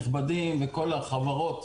נכבדים וכל החברות.